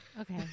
okay